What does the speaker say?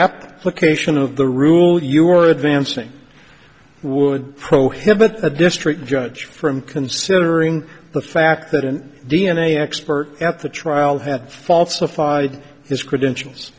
application of the rule you were advancing would prohibit a district judge from considering the fact that an d n a expert at the trial had falsified his credentials